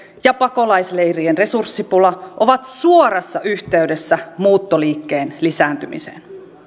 ja pakolaisleirien resurssipula ovat suorassa yhteydessä muuttoliikkeen lisääntymiseen